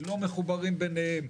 לא מחוברים ביניהם.